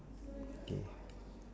okay